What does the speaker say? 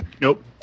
Nope